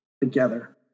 together